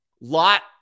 lot